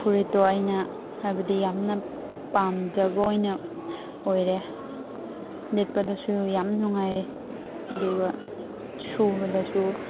ꯐꯨꯔꯤꯠꯇꯣ ꯑꯩꯅ ꯍꯥꯏꯕꯗꯤ ꯌꯥꯝꯅ ꯄꯥꯝꯖꯕ ꯑꯣꯏꯅ ꯑꯣꯏꯔꯦ ꯂꯤꯠꯄꯗꯁꯨ ꯌꯥꯝ ꯅꯨꯡꯉꯥꯏꯌꯦ ꯑꯗꯨꯒ ꯁꯨꯕꯗꯁꯨ